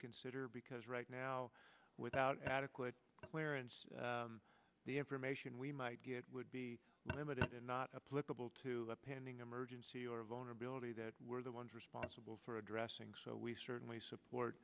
consider because right now without adequate wear and the information we might it would be limited and not applicable to a pending emergency or a vulnerability that we're the ones responsible for addressing so we certainly support